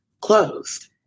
closed